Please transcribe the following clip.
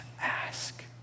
ask